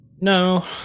No